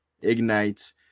Ignite